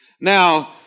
Now